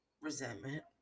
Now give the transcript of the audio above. resentment